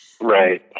right